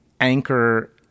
anchor